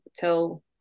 till